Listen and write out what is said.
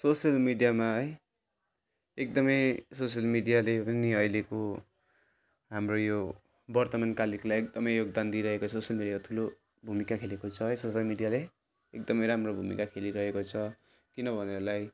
social मिडिमा है एकदमै सोसियल मिडियादेखि पनि अहिलेको हाम्रो यो वर्तमानकालिनलाई एकदमै योगदान दिइरहेको छ यो ठुलो भूमिका खेलेको छ है सोसियल मिडियाले एकदमै राम्रो भूमिका खेलिरहेको छ किनभने लाई